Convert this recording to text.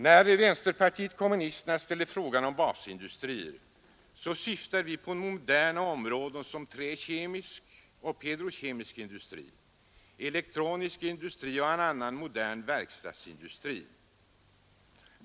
När vänsterpartiet kommunisterna ställer frågan om basindustrier syftar vi på moderna områden som träkemisk och petrokemisk industri, elektronisk industri och annan modern verkstadsindustri.